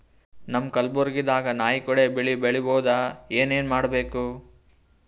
ನಮ್ಮ ಕಲಬುರ್ಗಿ ದಾಗ ನಾಯಿ ಕೊಡೆ ಬೆಳಿ ಬಹುದಾ, ಏನ ಏನ್ ಮಾಡಬೇಕು?